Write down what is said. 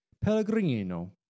Pellegrino